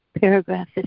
Paragraph